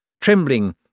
trembling